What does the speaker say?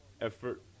effort